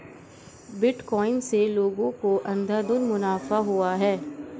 bitcoin से लोगों को अंधाधुन मुनाफा हुआ है